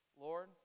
Lord